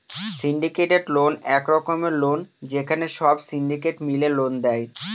syndicated loan এক রকমের loan যেখানে সব সিন্ডিকেট মিলে লোন দেয়